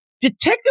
Detective